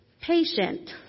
patient